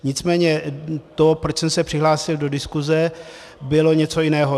Nicméně to, proč jsem se přihlásil do diskuze, bylo něco jiného.